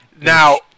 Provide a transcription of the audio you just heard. Now